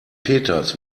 peters